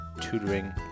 tutoring